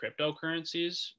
cryptocurrencies